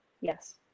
yes